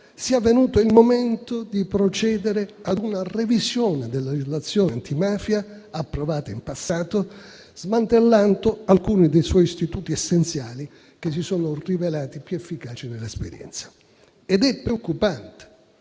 sia venuto il momento di procedere a una revisione della legislazione antimafia approvata in passato, smantellando alcuni dei suoi istituti essenziali che si sono rivelati i più efficaci nell'esperienza. Ed è preoccupante